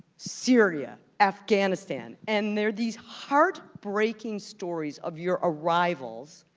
syria, afghanistan, and they're these heartbreaking stories of your arrivals,